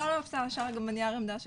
הכול נמצא גם בנייר עמדה שהגשנו.